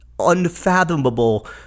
unfathomable